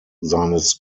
seines